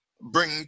Bring